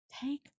Take